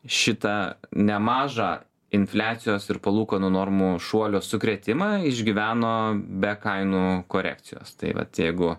šitą nemažą infliacijos ir palūkanų normų šuolio sukrėtimą išgyveno be kainų korekcijos tai vat jeigu